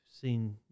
seen